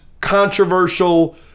controversial